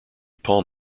palm